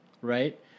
right